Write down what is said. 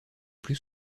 plus